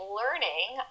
learning